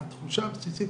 התחושה הבסיסית,